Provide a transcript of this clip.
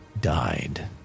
died